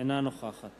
אינה נוכחת